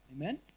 Amen